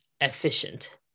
efficient